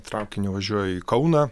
traukiniu važiuoju į kauną